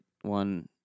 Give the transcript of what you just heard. one